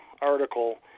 article